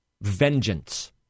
vengeance